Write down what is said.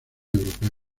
europeo